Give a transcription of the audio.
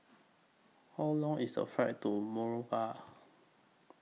How Long IS A Flight to Monrovia